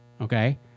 okay